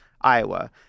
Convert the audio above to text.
Iowa